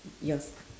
yours